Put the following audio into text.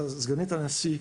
סגנית הנשיא,